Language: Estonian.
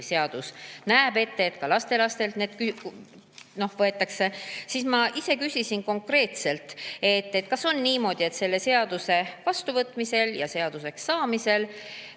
seadus näeb ette, et ka lastelastelt [seda raha] võetakse, siis – ma ise küsisin konkreetselt, kas on niimoodi – selle [eelnõu] vastuvõtmise ja seaduseks saamise